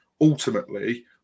ultimately